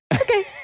Okay